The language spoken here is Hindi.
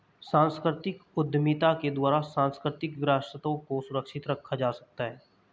सांस्कृतिक उद्यमिता के द्वारा सांस्कृतिक विरासतों को सुरक्षित रखा जा सकता है